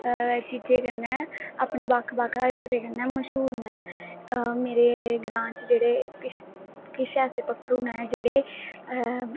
चीजें कन्नै अपनी बक्ख बक्ख हरकतें कन्नै मश्हूर न मेरे ग्रां च जेहडे़ किश ऐसे पक्खरु न जेहडे़